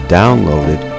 downloaded